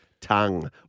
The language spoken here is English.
tongue